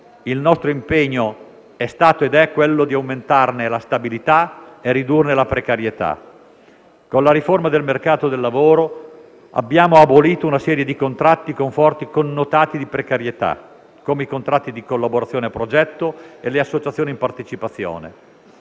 Il nostro impegno è stato ed è quello di aumentarne la stabilità e ridurne la precarietà. Con la riforma del mercato del lavoro abbiamo abolito una serie di contratti con forti connotati di precarietà, come i contratti di collaborazione a progetto e le associazioni in partecipazione.